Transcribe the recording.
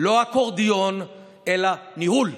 לא אקורדיון אלא ניהול.